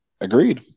Agreed